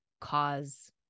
cause